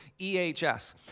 EHS